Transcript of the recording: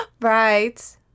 Right